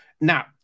Now